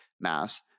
mass